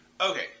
Okay